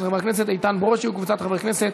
של חבר הכנסת איתן ברושי וקבוצת חברי הכנסת.